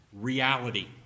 reality